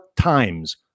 times